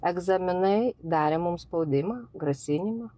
egzaminai darė mum spaudimą grasinimą